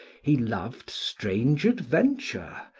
he loved strange adventure,